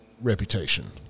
Reputation